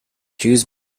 choose